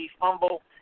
fumble